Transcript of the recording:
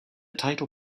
title